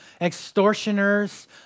extortioners